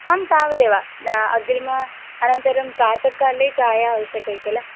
आं तावदेव अग्रिमम् अनन्तरं प्रातःकाले चायम् आवश्यकं किल